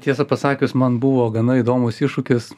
tiesą pasakius man buvo gana įdomūs iššūkis